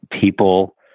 people